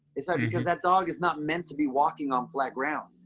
it's hard because that dog is not meant to be walking on flat ground.